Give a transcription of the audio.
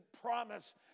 promise